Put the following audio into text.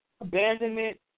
abandonment